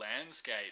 landscape